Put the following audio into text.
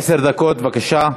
עשר דקות, בבקשה.